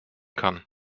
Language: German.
kann